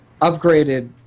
upgraded